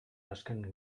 azken